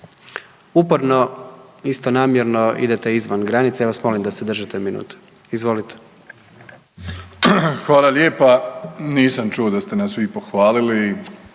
Uporno isto namjerno idete izvan granice. Ja vas molim da se držite minute. Izvolite. **Plenković, Andrej (HDZ)** Hvala lijepa. Nisam čuo da ste nas vi pohvalili.